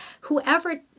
whoever